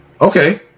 Okay